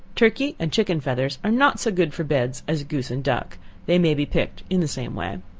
turkey and chicken feathers are not so good for beds as goose and duck they may be picked in the same way.